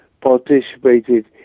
participated